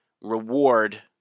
reward